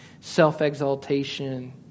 self-exaltation